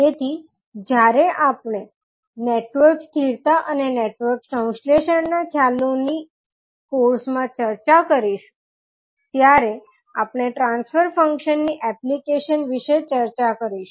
તેથી આપણે જ્યારે નેટવર્ક સ્થિરતા અને નેટવર્ક સંશ્લેષણ ના ખ્યાલોની કોર્સ માં ચર્ચા કરીશું ત્યારે આપણે ટ્રાન્સફર ફંક્શન ની એપ્લિકેશન વિશે ચર્ચા કરીશું